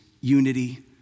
unity